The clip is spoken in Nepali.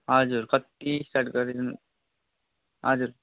हजुर कत्ति स्टार्ट गरेँ पनि हजुर